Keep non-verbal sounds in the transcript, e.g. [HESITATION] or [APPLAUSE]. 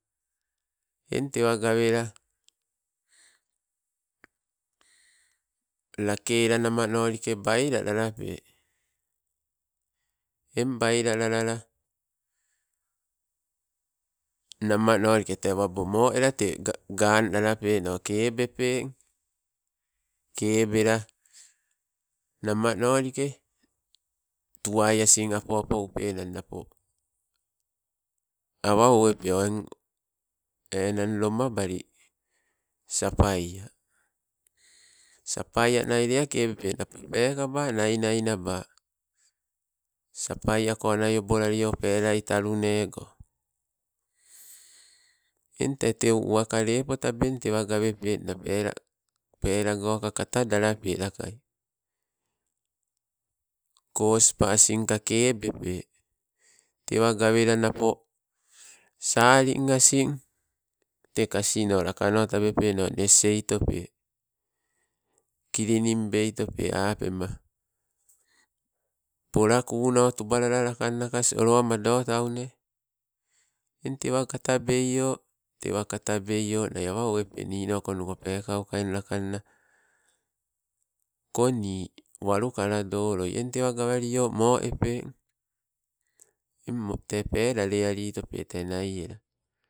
Eng tewa gawela, lake ala namanolike bailalape eng bailalala. Namanolike tee wabo moela tee ga ganlalapeno keebepeng. Keebela namanolike, tuwai asing apo apo upennang napo awa owepe o eng enang lomabali sapaia, sapaia nai lea kebepe napo pekaba nainai naba. Sapaia ko nai obolalio pelai talunego eng tee teu uwaka lepo tabeng tewa gawe penna, peela, peelago ka katadalape lakai. Koisapaka asin kebepe, tewa gawelanapo saling asing tee kasino lakano tabepeno nos eitope. Kilining beitope apena, pola kuno tubalala lakanna kas olowa ma olotaune. Eng tewa katabeio tewa katabeio nai awa owepe ninokonuko peekauka eng lakanna koni walukala doloi eng tewa gawalio mo epeng [HESITATION] tee pelalealitope tee naiela.